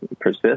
Persist